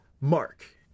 Mark